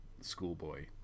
schoolboy